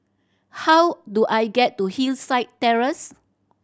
how do I get to Hillside Terrace